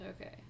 Okay